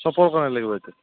চপৰ কাৰণে লাগিব এইটো